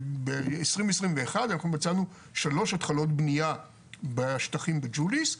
ב-2021 אנחנו מצאנו שלוש התחלות בנייה בשטחים בג'וליס,